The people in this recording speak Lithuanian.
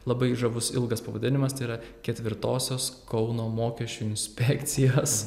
labai žavus ilgas pavadinimas tai yra ketvirtosios kauno mokesčių inspekcijos